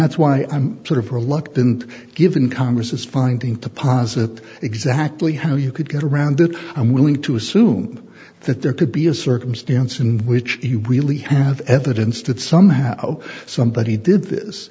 that's why i'm sort of reluctant given congress finding to posit exactly how you could get around that i'm willing to assume that there could be a circumstance in which you will e have evidence to somehow somebody did this